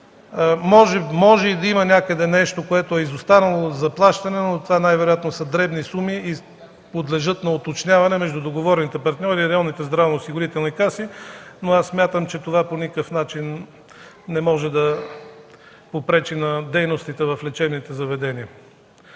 Може и да има някъде нещо, което е изостанало за плащане, но това най-вероятно са дребни суми и подлежат на уточняване между договорните партньори и районните здравноосигурителни каси. Аз смятам, че това по никакъв начин не може да попречи на дейностите в лечебните заведения.